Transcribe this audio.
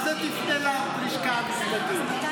מה זה תפנה ללשכה המשפטית?